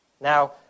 Now